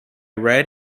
red